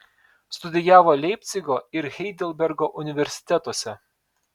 studijavo leipcigo ir heidelbergo universitetuose